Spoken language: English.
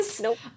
Nope